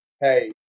Hey